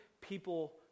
people